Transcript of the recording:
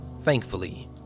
thankfully